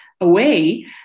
away